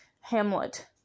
Hamlet